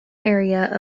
area